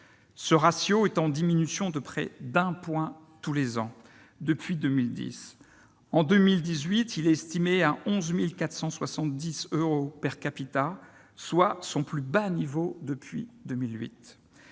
Ce ratio est en diminution de près de 1 point tous les ans depuis 2010. Pour 2018, il a été estimé à 11 470 euros, son plus bas niveau depuis 2008.